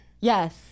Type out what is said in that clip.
Yes